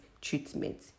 treatment